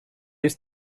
ist